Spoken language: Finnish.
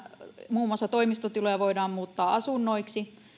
muun muassa toimistotiloja voidaan muuttaa asunnoiksi ja